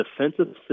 defensive